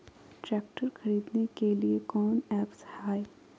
Tractor खरीदने के लिए कौन ऐप्स हाय?